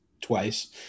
twice